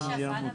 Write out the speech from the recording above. מי בעד ירים